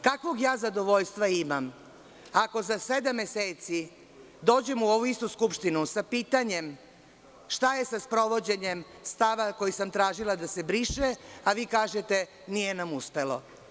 Kakvog ja zadovoljstva imam ako za sedam meseci dođem u ovu istu Skupštinu sa pitanjem šta je sa sprovođenjem stava koji sam tražila da se briše, a vi kažete nije nam uspelo.